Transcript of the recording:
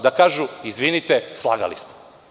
Da kažu – izvinite, slagali smo.